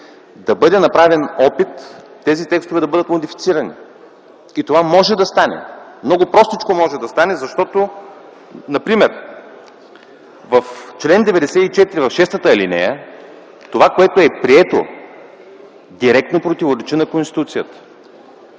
да бъде направен опит тези текстове да бъдат модифицирани и това може да стане. Много простичко може да стане, защото например в чл. 94, в шестата алинея това, което е прието, директно противоречи на Конституцията.